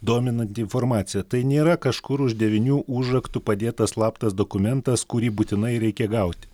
dominanti informacija tai nėra kažkur už devynių užraktų padėtas slaptas dokumentas kurį būtinai reikia gauti